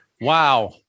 Wow